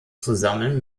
zusammen